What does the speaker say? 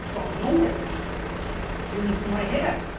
well, nowhere. it just appears in my head.